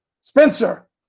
Spencer